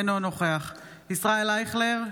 אינו נוכח ישראל אייכלר,